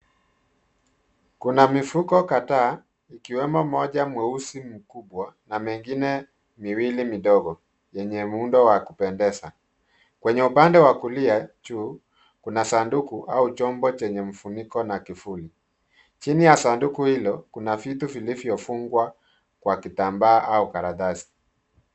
Kuna mifuko kadhaa, ikiwemo moja mweusi mkubwa na mengine miwili midogo yenye muundo wa kupendeza. Kwenye upande wa kulia juu, kuna sanduku au chombo chenye mfuniko na kufuli. Chini ya sanduku hilo, kuna vitu vilivyofungwa kwa kitambaa au karatasi.